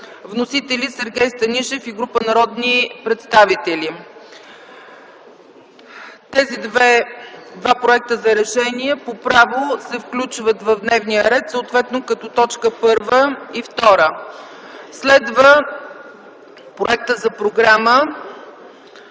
Вносители са Сергей Станишев и група народни представители. Тези два проекта за решения по право се включват в дневния ред съответно като точки първа и втора точка. Следва проектът за програма